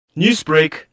Newsbreak